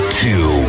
two